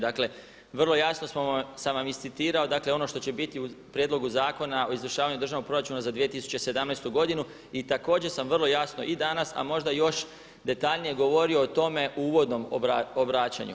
Dakle, vrlo jasno sam vam iscitirao dakle, ono što će biti u Prijedlogu zakona o izvršavanju Državnog proračuna za 2017. godinu i također sam vrlo jasno i danas, a možda i još detaljnije govorio o tome u uvodnom obraćanju.